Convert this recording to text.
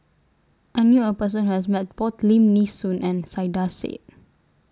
I knew A Person Who has Met Both Lim Nee Soon and Saiedah Said